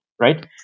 right